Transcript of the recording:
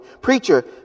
Preacher